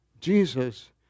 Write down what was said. Jesus